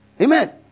Amen